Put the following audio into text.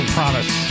Promise